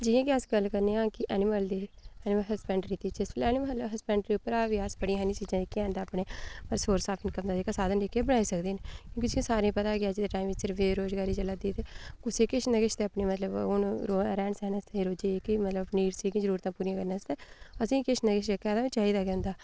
जि'यां कि अस गल्ल करने आं कि ऐनिमल दी ऐनिमल हसबैंडरी दी जेल्लै अस ऐनिमल हसबैंडरी परा बी अस बड़ी सारियां चीजां जेह्कियां हैन ते अपने अस रिसोर्स अस साधन जेह्के अस बनाई सकदे न तुसें सारें ई पता कि अज्ज दे टाइम बिच बेरोजगारी चलै दी ते कुसै किश ना किश ते अपने मतलब रैह्न सैह्न आस्तै ते रोजै दी जेह्की मतलब अपनी जरूरत पूरी करने आस्तै असें ई किश ना किश जेह्का चाहिदा गै होंदा